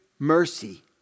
mercy